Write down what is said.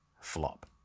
flop